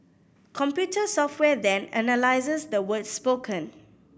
computer software then analyses the words spoken